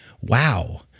wow